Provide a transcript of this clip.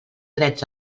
drets